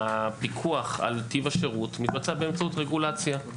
הפיקוח על טיב השירות מתבצע באמצעות רגולציה,